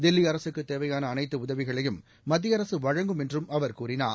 தில்லி அரசுக்குத் தேவையான அனைத்து உதவிகளையும் மத்திய அரசு வழங்கும் என்றும் அவா கூறினார்